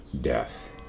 death